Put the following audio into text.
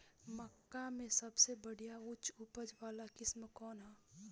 मक्का में सबसे बढ़िया उच्च उपज वाला किस्म कौन ह?